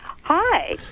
hi